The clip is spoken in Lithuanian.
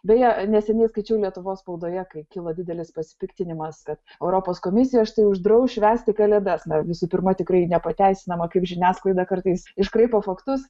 beje neseniai skaičiau lietuvos spaudoje kai kilo didelis pasipiktinimas kad europos komisija štai uždraus švęsti kalėdas na visų pirma tikrai nepateisinama kaip žiniasklaida kartais iškraipo faktus